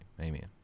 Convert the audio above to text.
amen